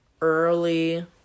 early